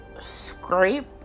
scrape